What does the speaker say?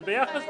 זה ביחס